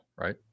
right